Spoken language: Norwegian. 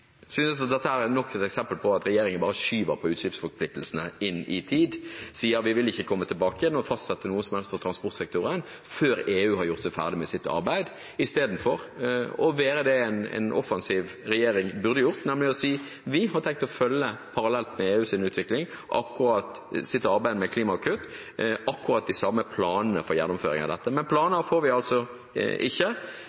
synes at dette er nok et eksempel på at regjeringen bare skyver på utslippsforpliktelsene, sier de ikke vil komme tilbake igjen og fastsette noe som helst for transportsektoren før EU har gjort seg ferdig med sitt arbeid, istedenfor å gjøre det en offensiv regjering burde ha gjort, nemlig å si at de har tenkt å følge med EUs utvikling med sitt arbeid med klimakutt parallelt, med akkurat de samme planene for gjennomføring av dette. Men